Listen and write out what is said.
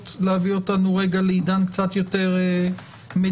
להביא אותנו רגע לעידן קצת יותר מדויק,